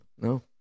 No